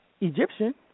Egyptian